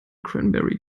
cranberry